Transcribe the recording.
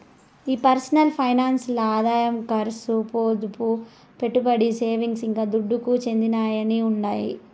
ఈ personal finance ల్ల ఆదాయం కర్సు, పొదుపు, పెట్టుబడి, సేవింగ్స్, ఇంకా దుడ్డుకు చెందినయ్యన్నీ ఉండాయి